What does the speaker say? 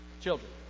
children